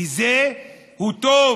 בזה הוא טוב,